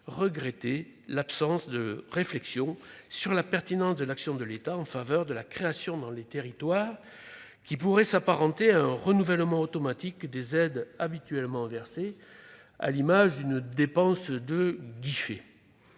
regrettaient l'absence de réflexion sur la pertinence de l'action de l'État en faveur de la création dans les territoires, qui pourrait s'apparenter à un renouvellement automatique des aides habituellement versées, à l'image d'une dépense de guichet.